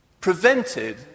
prevented